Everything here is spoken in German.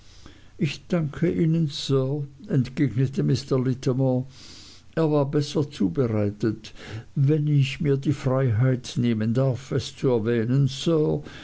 ich danke ihnen sir entgegnete mr littimer er war besser zubereitet wenn ich mir die freiheit nehmen darf es zu erwähnen sir